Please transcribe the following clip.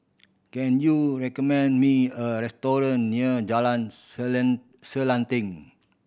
can you recommend me a restaurant near Jalan Selanting